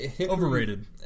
Overrated